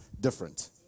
different